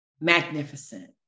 Magnificent